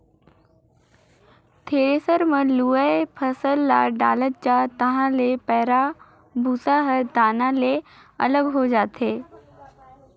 thresher मे लुवय फसल ल डालत जा तहाँ ले पैराःभूसा हर दाना ले अलग हो जाथे